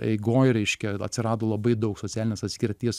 eigoj reiškia atsirado labai daug socialinės atskirties